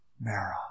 Mara